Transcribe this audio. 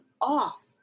off